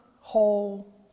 whole